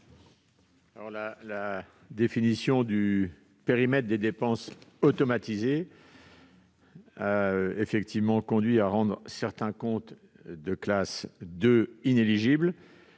La définition du périmètre des dépenses automatisées a conduit à rendre certains comptes de classe 2 inéligibles